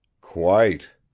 Quite